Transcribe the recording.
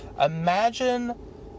imagine